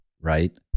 right